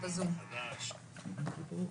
בבקשה, גברתי.